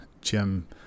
jim